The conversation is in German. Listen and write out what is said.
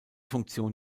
funktion